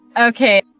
Okay